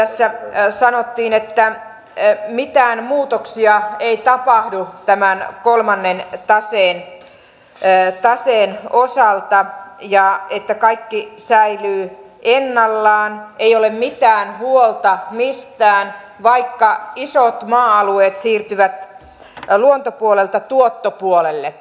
tässä sanottiin että mitään muutoksia ei tapahdu tämän kolmannen taseen osalta ja että kaikki säilyy ennallaan ei ole mitään huolta mistään vaikka isot maa alueet siirtyvät luontopuolelta tuottopuolelle